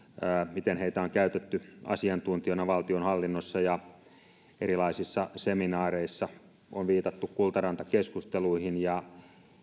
miten heitä on käytetty asiantuntijoina valtionhallinnossa ja erilaisissa seminaareissa on viitattu kultaranta keskusteluihin ja